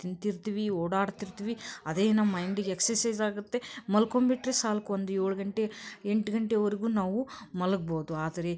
ತಿಂತಿರ್ತೀವಿ ಓಡಾಡ್ತಿರ್ತೀವಿ ಅದೇ ನಮ್ಮ ಮೈಂಡಿಗೆ ಎಕ್ಸಸೈಝ್ ಆಗುತ್ತೆ ಮಲ್ಕೊಂಡ್ಬಿಟ್ರೆ ಸಾಕ್ ಒಂದು ಏಳು ಗಂಟೆ ಎಂಟು ಗಂಟೆವರ್ಗೂ ನಾವು ಮಲಗ್ಬೋದು ಆದರೆ